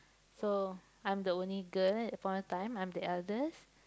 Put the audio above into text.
so I'm the only girl at that point of time I'm the eldest